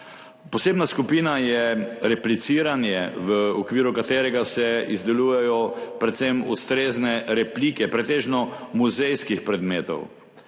Posebna skupina je repliciranje, v okviru katerega se izdelujejo predvsem ustrezne replike pretežno muzejskih predmetov.